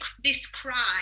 describe